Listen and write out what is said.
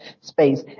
space